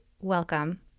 welcome